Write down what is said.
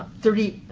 thirty,